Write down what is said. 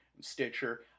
Stitcher